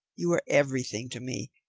you are everything to me